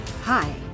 Hi